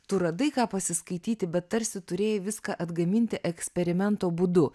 tu radai ką pasiskaityti bet tarsi turėjai viską atgaminti eksperimento būdu